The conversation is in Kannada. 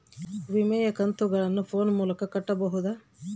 ವಿಮೆಯ ಕಂತುಗಳನ್ನ ಫೋನ್ ಮೂಲಕ ಕಟ್ಟಬಹುದಾ?